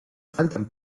faltan